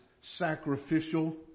sacrificial